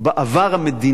בעבר המדינה,